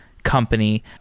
Company